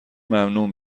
ممنوع